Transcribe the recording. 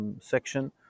section